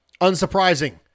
Unsurprising